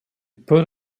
put